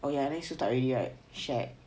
oh ya next week start already right shag